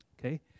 Okay